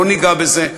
לא ניגע בזה,